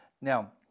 Now